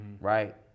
Right